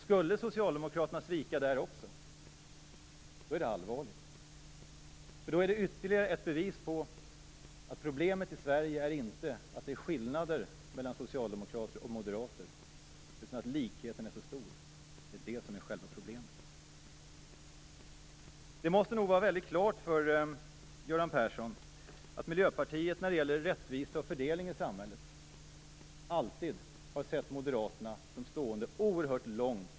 Skulle Socialdemokraterna svika där också är det allvarligt. Det vore ytterligare ett bevis på att problemet i Sverige inte är att det finns skillnader mellan socialdemokrater och moderater, utan att likheten är så stor. Det är det som är själva problemet. Det står nog klart för Göran Persson att vi i Miljöpartiet alltid har sett Moderaterna som stående oerhört långt ifrån oss när det gäller rättvisa och fördelning i samhället.